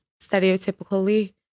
stereotypically